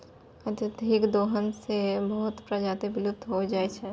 अत्यधिक दोहन सें बहुत प्रजाति विलुप्त होय जाय छै